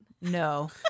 No